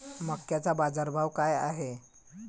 मक्याचा बाजारभाव काय हाय?